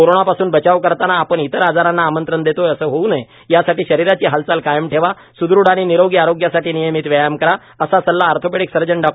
कोरोनापासून बचाव करताना आपण इतर आजारांना आमंत्रण देतोय असं होऊ नये यासाठी शरीराची हालचाल कायम ठेवा स्दृढ आणि निरोगी आरोग्यासाठी नियमित व्यायाम करा असा सल्ला ऑर्थोपेडिक सर्जन डॉ